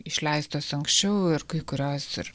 išleistos anksčiau ir kai kurios ir